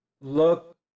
look